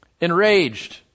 Enraged